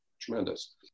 Tremendous